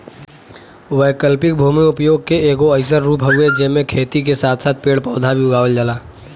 वैकल्पिक भूमि उपयोग के एगो अइसन रूप हउवे जेमे खेती के साथ साथ पेड़ पौधा भी उगावल जाला